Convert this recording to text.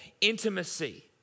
intimacy